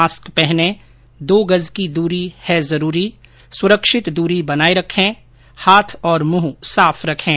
mask पहनें दो गज की दूरी है जरूरी सुरक्षित दूरी बनाए रखें हाथ और मुंह साफ रखें